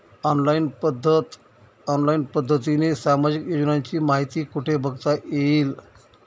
Online पद्धतीने सामाजिक योजनांची माहिती कुठे बघता येईल?